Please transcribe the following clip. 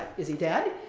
is he dead?